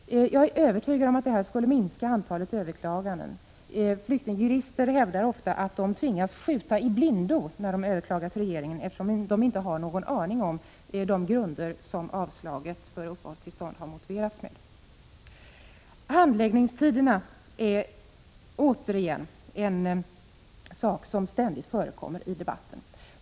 Jag är övertygad om att det skulle minska antalet överklaganden. Flyktingjurister hävdar ofta att de tvingas skjuta i blindo när de överklagar till regeringen, eftersom de inte har någon aning om på vilka grunder som ansökan om uppehållstillstånd har avslagits. Handläggningstiderna tas ständigt upp i debatten.